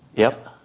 yep.